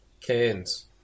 cans